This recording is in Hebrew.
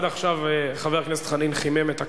עד עכשיו חבר הכנסת חנין חימם את הקנה,